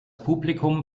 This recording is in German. publikum